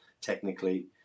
technically